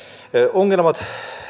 ongelmat